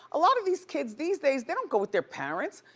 a lot of these kids these days, they don't go with their parents.